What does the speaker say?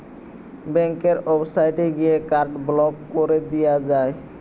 ব্যাংকের ওয়েবসাইটে গিয়ে কার্ড ব্লক কোরে দিয়া যায়